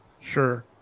Sure